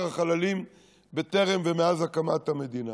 החללים הגדול ביותר בטרם ומאז הקמת המדינה.